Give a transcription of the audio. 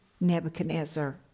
Nebuchadnezzar